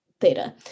theta